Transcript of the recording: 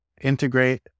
integrate